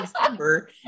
December